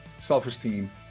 self-esteem